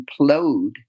implode